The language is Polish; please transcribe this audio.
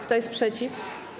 Kto jest przeciw?